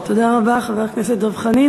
תודה רבה, חבר הכנסת דב חנין.